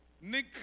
Nick